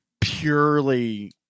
purely